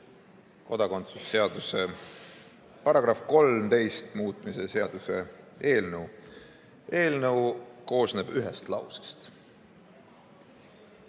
kodakondsuse seaduse § 13 muutmise seaduse eelnõu. Eelnõu koosneb ühest lausest.